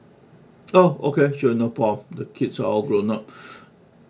oh okay sure no problem the kids are all grown up